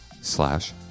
slash